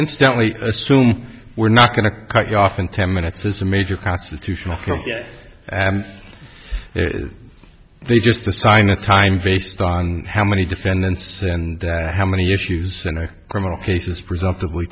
instantly assume we're not going to cut you off in ten minutes is a major constitutional and they just assign a time based on how many defendants and how many issues criminal cases presumptively